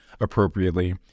appropriately